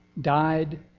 Died